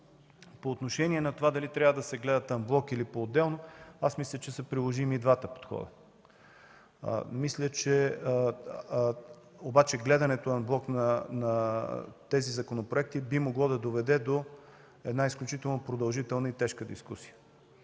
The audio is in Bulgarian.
По отношение на това дали трябва да се гледат анблок или поотделно, аз мисля, че са приложими и двата подхода. Гледането анблок на тези законопроекти обаче би могло да доведе до изключително продължителна и тежка дискусия,